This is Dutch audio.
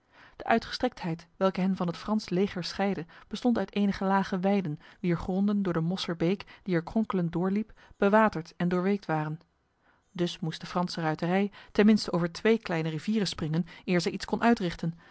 de uitgestrektheid welke hen van het frans leger scheidde bestond uit enige lage weiden wier gronden door de mosserbeek die er kronkelend doorliep bewaterd en doorweekt waren dus moest de franse ruiterij tenminste over twee kleine rivieren springen eer zij iets kon uitrichten